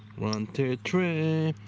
one, two, three.